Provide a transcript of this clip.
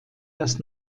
das